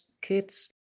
kids